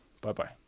Bye-bye